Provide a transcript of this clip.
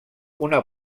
una